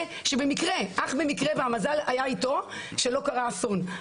שבמקרה המזל היה איתו שלא קרה אסון,